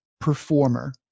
performer